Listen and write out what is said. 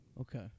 Okay